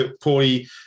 poorly